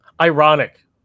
Ironic